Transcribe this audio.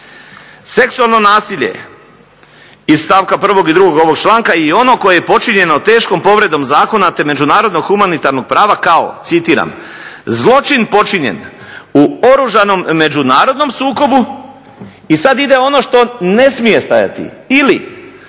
Seksualno nasilje iz stavka 1. i 2. ovog članka je ono koje je počinjeno teškom povredom zakona te međunarodno-humanitarnog prava kao, citiram: "zločin počinjen u oružanom međunarodnom sukobu" i sad ide ono što ne smije stajati, "ili